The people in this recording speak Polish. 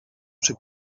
przy